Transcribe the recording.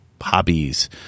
hobbies